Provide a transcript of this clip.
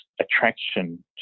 attraction